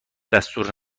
دستور